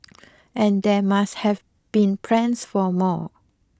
and there must have been plans for more